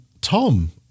Tom